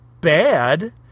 bad